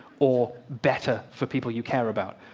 or better for people you care about.